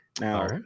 Now